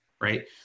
right